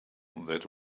that